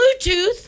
Bluetooth